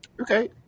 Okay